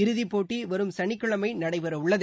இறுதிப் போட்டி வரும் சனிக்கிழமை நடைபெறவுள்ளது